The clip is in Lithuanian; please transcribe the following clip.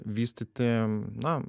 vystyti na